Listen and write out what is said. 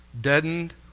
deadened